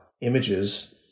images